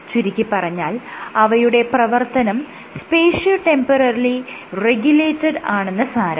ചുരുക്കിപ്പറഞ്ഞാൽ അവയുടെ പ്രവർത്തനം സ്പേഷ്യോ ടെമ്പറലി റെഗുലേറ്റഡ് ആണെന്ന് സാരം